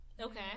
Okay